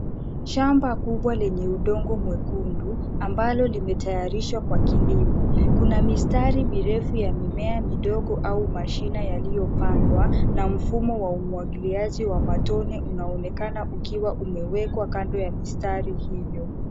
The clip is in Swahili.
Shamba kubwa lenye udongo mwekundu ambalo limetayarishwa kwa kilimo. Kuna mistari mirefu ya mimea midogo au mashine yaliyopandwa na mfumo wa umwagiliaji wa matone unaonekana ukiwa umewekwa kando ya mistari hiyo.